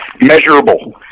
measurable